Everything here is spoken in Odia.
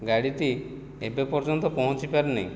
ଗାଡ଼ିଟି ଏବେ ପର୍ଯ୍ୟନ୍ତ ପହଞ୍ଚିପାରିନି